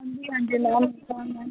ਹਾਂਜੀ ਹਾਂਜੀ ma'am convent